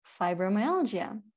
fibromyalgia